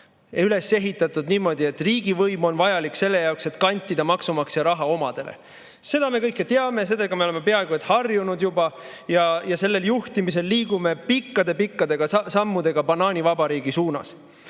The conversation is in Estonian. üles ehitatud niimoodi, et riigivõim on vajalik selle jaoks, et kantida maksumaksja raha omadele. Seda me kõik teame. Sellega me oleme peaaegu et harjunud juba ja sellel juhtimisel liigume pikkade-pikkade sammudega banaanivabariigi suunas.